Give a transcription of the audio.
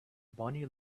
bonnie